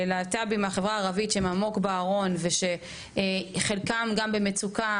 של להט״בים מהחברה הערבית שהם עמוק בארון ושחלקם גם במצוקה,